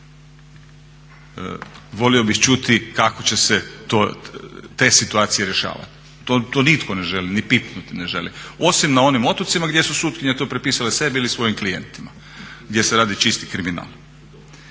Volio bih čuti kako će se te situacije rješavati. To nitko ne želi, ni pipnuti ne želi osim na onim otocima gdje su sutkinje to pripisale sebi ili svojim klijentima gdje se radi čisti kriminal.